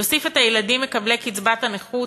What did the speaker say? יוסיף את הילדים מקבלי קצבת הנכות,